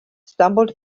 stumbled